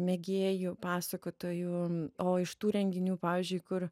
mėgėjų pasakotojų o iš tų renginių pavyzdžiui kur